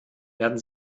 werden